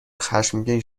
خشمگین